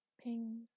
Ping